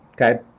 Okay